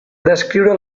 descriure